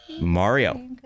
Mario